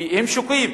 כי הם שוקעים.